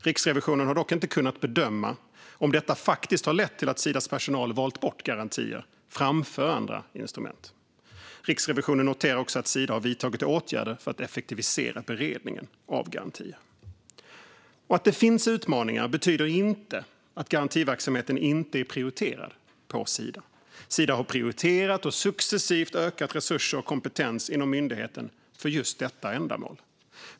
Riksrevisionen har dock inte kunnat bedöma om detta faktiskt har lett till att Sidas personal har valt bort garantier framför andra instrument. Riksrevisionen noterar också att Sida har vidtagit åtgärder för att effektivisera beredningen av garantier. Att det finns utmaningar betyder inte att garantiverksamheten inte är prioriterad på Sida. Sida har prioriterat och successivt ökat resurser och kompetens inom myndigheten för just detta ändamål.